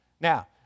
Now